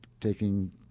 taking—